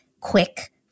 quick